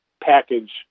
package